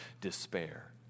despair